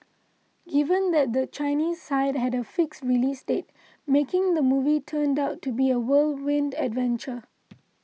given that the Chinese side had a fixed release date making the movie turned out to be a whirlwind adventure